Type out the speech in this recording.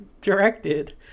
directed